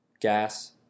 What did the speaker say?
gas